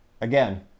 again